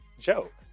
Joke